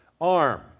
arm